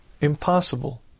impossible